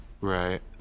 Right